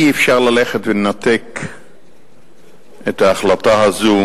אי-אפשר ללכת ולנתק את ההחלטה הזאת,